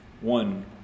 one